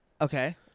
Okay